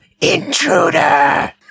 intruder